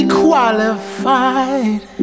qualified